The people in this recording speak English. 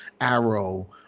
arrow